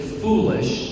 foolish